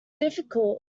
difficult